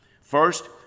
First